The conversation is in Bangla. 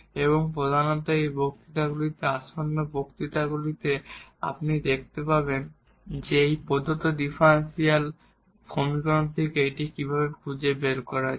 এবং প্রধানত এই বক্তৃতাগুলিতে আপনি দেখতে পাবেন যে এই প্রদত্ত ডিফারেনশিয়াল সমীকরণ থেকে এটি কীভাবে খুঁজে পাওয়া যায়